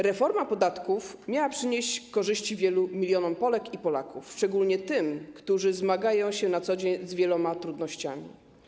Reforma podatków miała przynieść korzyści wielu milionom Polek i Polaków, szczególnie tym, którzy zmagają się na co dzień z wieloma trudnościami.